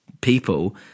people